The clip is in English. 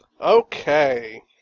Okay